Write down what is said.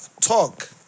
talk